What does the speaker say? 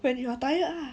when you are tired ah